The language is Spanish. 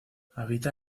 habita